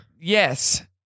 Yes